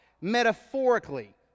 Metaphorically